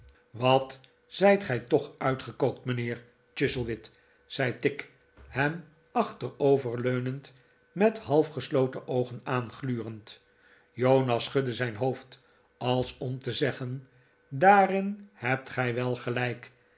wat zijt gij toch uitgekookt mijnheer chuzzlewit zei tigg hem achterovergeleund met half gesloten oogen aanglurend jonas schudde zijn hoofd als om te zeggen daarin hebt gij wel gelijk